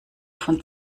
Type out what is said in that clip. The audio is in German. von